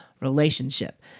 relationship